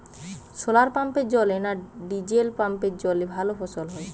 শোলার পাম্পের জলে না ডিজেল পাম্পের জলে ভালো ফসল হয়?